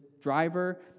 driver